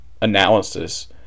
analysis